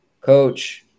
Coach